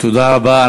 תודה רבה.